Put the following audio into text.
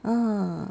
ah